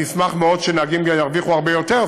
אני אשמח מאוד שנהגים ירוויחו הרבה יותר,